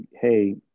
hey